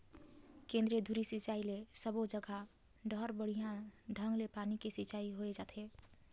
केंद्रीय धुरी सिंचई ले सबो जघा डहर बड़िया ढंग ले पानी के सिंचाई होय जाथे